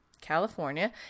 California